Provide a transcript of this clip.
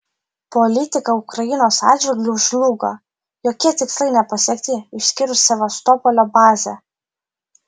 politika ukrainos atžvilgiu žlugo jokie tikslai nepasiekti išskyrus sevastopolio bazę